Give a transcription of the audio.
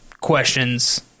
questions